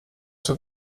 zur